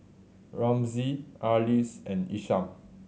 Ramsey Arlis and Isham